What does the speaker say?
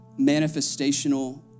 manifestational